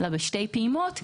אלא בשתי פעימות,